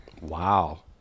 Wow